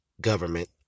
government